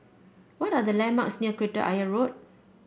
what are the landmarks near Kreta Ayer Road